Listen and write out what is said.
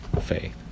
faith